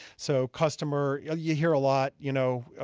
so customer you you hear a lot, you know,